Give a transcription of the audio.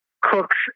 cooks